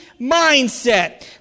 mindset